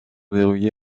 verrouillé